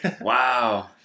Wow